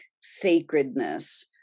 sacredness